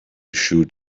shoot